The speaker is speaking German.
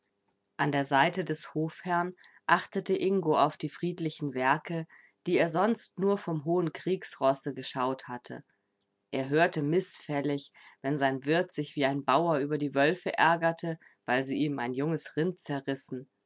an der seite des hofherrn achtete ingo auf die friedlichen werke die er sonst nur vom hohen kriegsrosse geschaut hatte er hörte mißfällig wenn sein wirt sich wie ein bauer über die wölfe ärgerte weil sie ihm ein junges rind zerrissen